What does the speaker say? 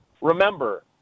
remember